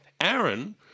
Aaron